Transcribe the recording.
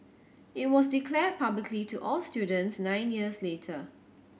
it was declared publicly to all students nine years later